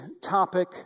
topic